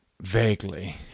Vaguely